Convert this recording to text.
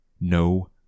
No